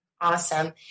Awesome